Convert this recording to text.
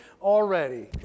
already